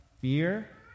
fear